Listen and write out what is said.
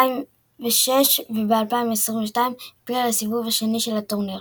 ב-2006 וב-2022 – העפילה לסיבוב השני של הטורניר.